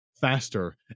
faster